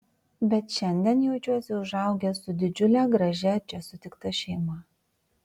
bet šiandien jaučiuosi užaugęs su didžiule gražia čia sutikta šeima